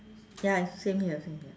ya is same here same here